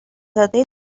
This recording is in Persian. زاده